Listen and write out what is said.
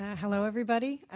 hello, everybody.